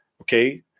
Okay